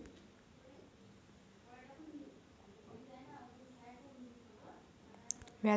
व्याज दराने गुणाकार केलेली मूळ रक्कम